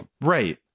Right